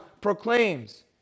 proclaims